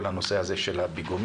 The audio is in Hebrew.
כל נושא הפיגומים,